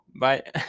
Bye